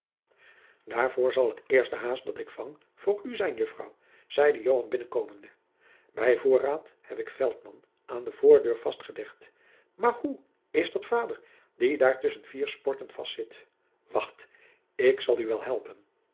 daarvoor zal het eerste haas dat ik vang voor u zijn juffrouw zeide joan binnenkomende bij voorraad heb ik veltman aan de voordeur vastgelegd maar hoe is dat vader die daar tusschen vier sporten vastzit wacht ik zal u wel helpen